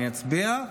אני אצביע,